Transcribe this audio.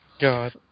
God